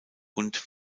und